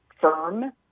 firm